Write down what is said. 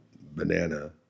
banana